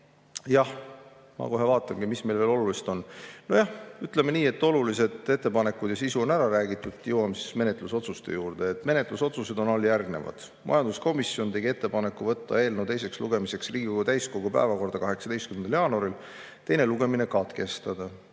Ma kohe vaatan, mis veel olulist on. Nojah. Ütleme nii, et olulised ettepanekud ja sisu on ära räägitud. Jõuame siis menetlusotsuste juurde. Menetlusotsused on järgmised. Majanduskomisjon tegi ettepaneku võtta eelnõu teiseks lugemiseks Riigikogu täiskogu päevakorda 18. jaanuariks 2023 ja teine lugemine katkestada.